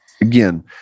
again